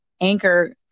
anchor